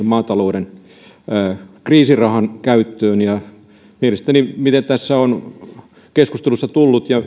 maatalouden kriisirahan käyttöön ja mielestäni miten tässä on keskustelussa tullut ja